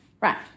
Right